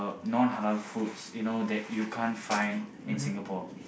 non halal food that you can't find in Singapore